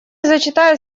зачитаю